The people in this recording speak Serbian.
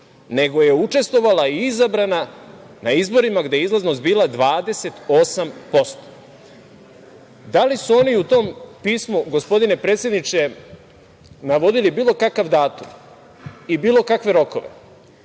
nego je učestvovala i izabrana na izborima gde je izlaznost bila 28%.Da li su oni u tom pismu, gospodine predsedniče, navodili bilo kakav datum i bilo kakav rokove